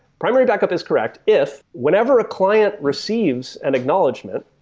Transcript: primary backup is correct if whenever a client receives an acknowledgment,